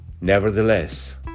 Nevertheless